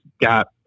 got